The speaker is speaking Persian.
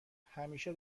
همیشه